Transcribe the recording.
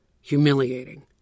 Humiliating